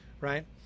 right